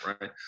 right